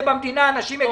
פוריה הוא